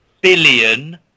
billion